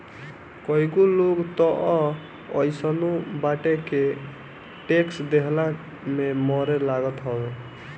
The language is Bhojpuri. कईगो लोग तअ अइसनो बाटे के टेक्स देहला में मरे लागत हवे